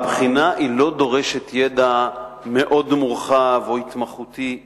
שהבחינה לא דורשת ידע מאוד מורחב או התמחותי.